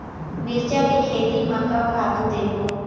मिरचा के खेती म का खातू देबो?